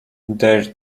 their